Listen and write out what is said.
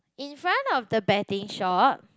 in front of the betting shop